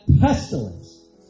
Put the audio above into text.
pestilence